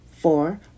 Four